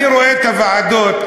אני רואה את הוועדות,